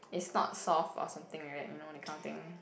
it's not soft or something like that you know that kind of thing